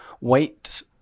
wait